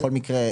התוצאה היא